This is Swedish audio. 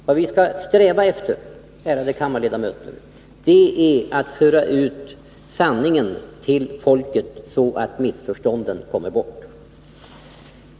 Vad vi skall sträva efter, ärade kammarledamöter, är att föra ut sanningen till folket, så att missförstånden undanröjs.